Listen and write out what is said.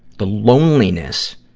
the loneliness,